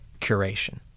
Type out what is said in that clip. curation